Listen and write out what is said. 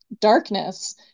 darkness